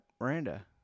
Miranda